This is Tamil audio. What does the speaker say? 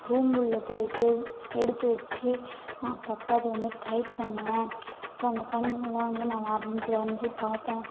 ரூமுள்ள போயிட்டு எடுத்து வச்சு நான் அப்போப்ப அதை வந்து ட்ரை பண்ணுவேன் இப்போ அந்த கண்ணுங்களாம் வந்து நான் வரைந்து வரைந்து பார்ப்பேன்